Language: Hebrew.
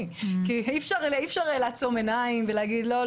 כי אי אפשר לעצום עיניים ולהגיד: לא,